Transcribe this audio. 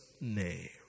name